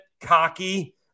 cocky